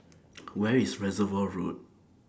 Where IS Reservoir Road